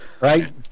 Right